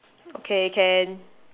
okay can